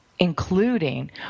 Including